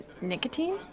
Nicotine